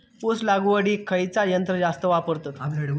ऊस लावडीक खयचा यंत्र जास्त वापरतत?